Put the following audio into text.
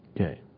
Okay